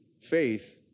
faith